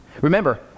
Remember